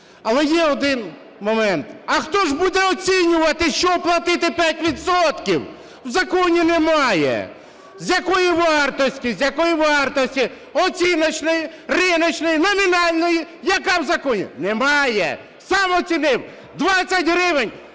Але є один момент. А хто ж буде оцінювати, з чого платити 5 відсотків?! В законі немає. З якої вартості – оціночної, риночної, номінальної? Яка в законі? Немає. Сам оцінив у 20 гривень,